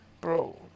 Bro